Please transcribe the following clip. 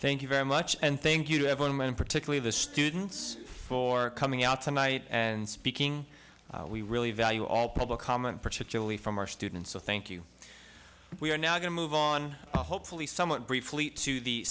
thank you very much and thank you to have them and particularly the students for coming out tonight and speaking we really value all public comment particularly from our students so thank you we are now going to move on hopefully somewhat briefly to the